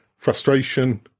frustration